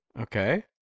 Okay